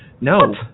No